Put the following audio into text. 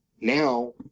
Now